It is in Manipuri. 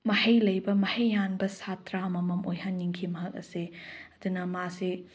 ꯃꯍꯩ ꯂꯩꯕ ꯃꯍꯩ ꯌꯥꯟꯕ ꯁꯥꯇ꯭ꯔ ꯑꯃꯃꯝ ꯑꯣꯏꯍꯟꯅꯤꯡꯈꯤ ꯃꯍꯥꯛ ꯑꯁꯦ ꯑꯗꯨꯅ ꯃꯥꯁꯦ